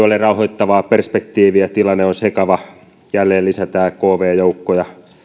ole rauhoittavaa perspektiiviä tilanne on sekava jälleen lisätään kv joukkoja